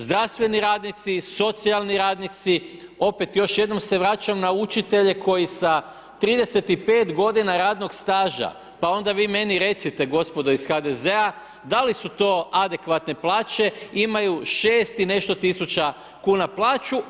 Zdravstveni radnici, socijalni radnici, opet još jednom se vraćam na učitelje koji sa 35 g. radnog staža, pa onda vi meni recite gospodo iz HDZ-a da li su to adekvatne plaće imaju 6 il nešto tisuća kuna plaću.